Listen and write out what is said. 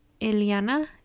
Eliana